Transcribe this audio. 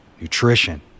nutrition